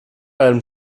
einem